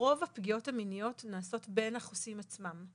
רוב הפגיעות המיניות נעשות בין החוסים עצמם.